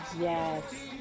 Yes